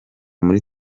muri